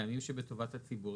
טעמים שלטובת הציבור,